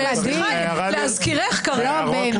להזכירך, קארין.